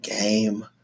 Game